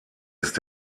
ist